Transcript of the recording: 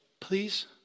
please